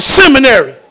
seminary